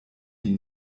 die